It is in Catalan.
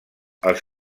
els